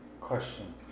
Question